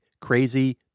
crazy